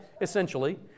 essentially